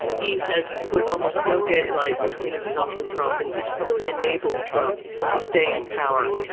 he has put almost no daylight between himself and trump. and he's really enabled trump to stay in power.